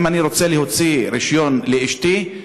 אם אני רוצה להוציא רישיון לאשתי,